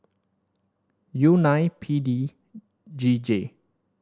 U nine P D G J